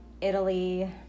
Italy